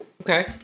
Okay